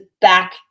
back